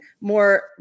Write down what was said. more